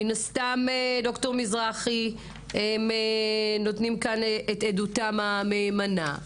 והם נותנים כאן את עדותם המהימנה.